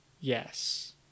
yes